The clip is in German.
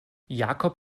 jakob